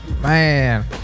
Man